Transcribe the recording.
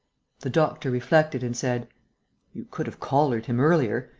the doctor reflected and said you could have collared him earlier.